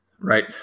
right